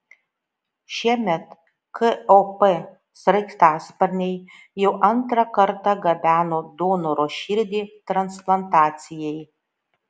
šiemet kop sraigtasparniai jau antrą kartą gabeno donoro širdį transplantacijai